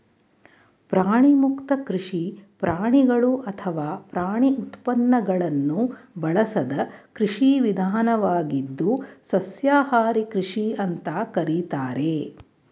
ಪ್ರಾಣಿಮುಕ್ತ ಕೃಷಿ ಪ್ರಾಣಿಗಳು ಅಥವಾ ಪ್ರಾಣಿ ಉತ್ಪನ್ನಗಳನ್ನು ಬಳಸದ ಕೃಷಿ ವಿಧಾನವಾಗಿದ್ದು ಸಸ್ಯಾಹಾರಿ ಕೃಷಿ ಅಂತ ಕರೀತಾರೆ